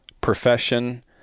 profession